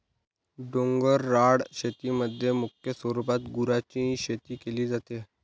डोंगराळ शेतीमध्ये मुख्य स्वरूपात गुरांची शेती केली जाते